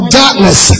darkness